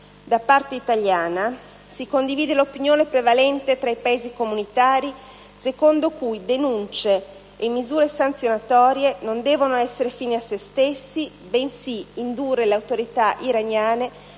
Da parte italiana si condivide l'opinione prevalente tra i Paesi comunitari, secondo cui denunce e misure sanzionatorie non devono essere fini a se stesse, bensì indurre le autorità iraniane